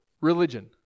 religion